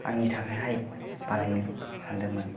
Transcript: आंनि थाखायहाय बानायनो सान्दोंमोन